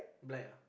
black ah